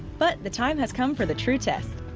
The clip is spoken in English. but the time has come for the true test.